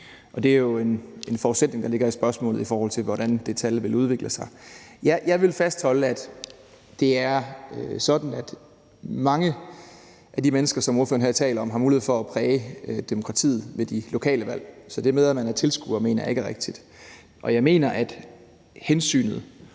Det er jo en forudsætning, der ligger i spørgsmålet, i forhold til hvordan det tal vil udvikle sig. Jeg vil fastholde, at det er sådan, at mange af de mennesker, som ordføreren her taler om, har mulighed for at præge demokratiet ved de lokale valg. Så det med, at man er tilskuer, mener jeg ikke er rigtigt. Og jeg mener, at hensynet